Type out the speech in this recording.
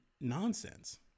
nonsense